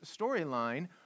storyline